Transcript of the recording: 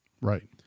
Right